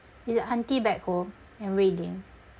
is your auntie back home and rui ling